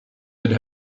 would